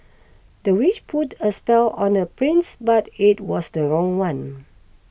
the witch put a spell on the prince but it was the wrong one